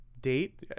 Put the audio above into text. Date